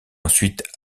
ensuite